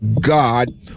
God